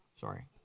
Sorry